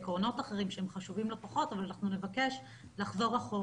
בעקרונות אחרים שהם חשובים לא פחות אבל אנחנו נבקש לחזור אחורה